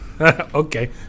Okay